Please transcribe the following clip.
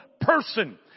person